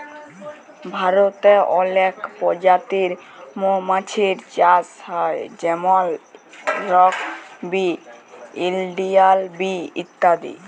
ভারতে অলেক পজাতির মমাছির চাষ হ্যয় যেমল রক বি, ইলডিয়াল বি ইত্যাদি